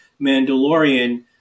Mandalorian